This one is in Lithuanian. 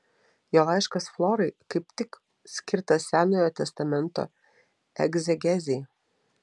jo laiškas florai kaip tik skirtas senojo testamento egzegezei